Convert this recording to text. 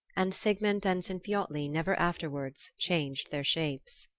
and sigmund and sinfiotli never afterwards changed their shapes.